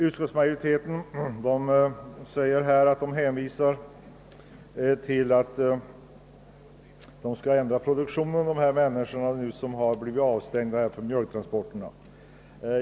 Utskottsmajoriteten skriver att dessa jordbrukare, som blivit avstängda från mjölktransporterna, bör ändra sin produktion.